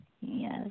yes